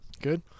good